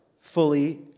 fully